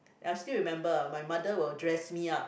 and I still remember my mother will dress me up